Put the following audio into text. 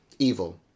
Evil